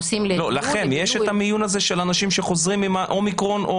לכם יש את המיון הזה של אנשים שחוזרים עם אומיקרון?